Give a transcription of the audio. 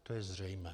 To je zřejmé.